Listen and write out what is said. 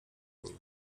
nim